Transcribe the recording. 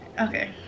Okay